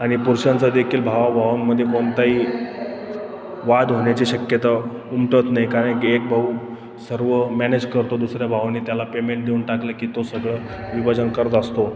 आणि पुरुषांचा देखील भावाभावांमध्ये कोणताही वाद होण्याची शक्यता उमटत नाही कारण की एक भाऊ सर्व मॅनेज करतो दुसऱ्या भावाने त्याला पेमेंट देऊन टाकलं की तो सगळं विभाजन करत असतो